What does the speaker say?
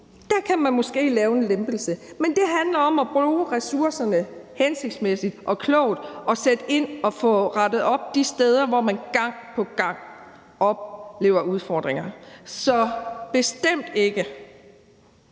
kan man måske lave en lempelse. Det handler om at bruge ressourcerne hensigtsmæssigt og klogt og sætte ind og få rettet op de steder, hvor man gang på gang oplever udfordringer. Så svaret er: